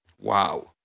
Wow